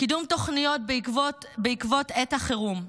קידום תוכניות בעקבות עת החירום,